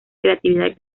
creatividad